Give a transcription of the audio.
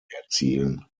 erzielen